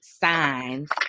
signs